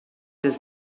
does